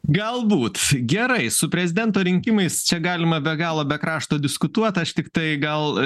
galbūt gerai su prezidento rinkimais čia galima be galo be krašto diskutuot tiktai gal